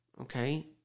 Okay